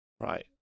right